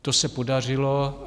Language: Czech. To se podařilo.